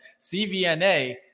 CVNA